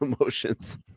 emotions